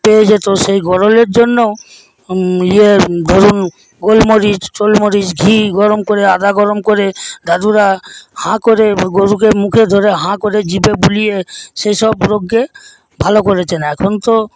পেয়ে যেত সেই গরলের জন্য ইয়ে ধরুন গোল মরিচ টোলমরিচ ঘি গরম করে আদা গরম করে দাদুরা হা করে গরুকে মুখে ধরে হা করে জিভে বুলিয়ে সেসব রোগকে ভালো করেছেন এখন তো